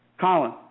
Colin